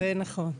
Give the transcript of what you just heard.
זה נכון,